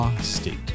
State